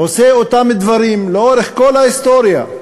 עושה אותם דברים לאורך כל ההיסטוריה.